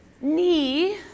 knee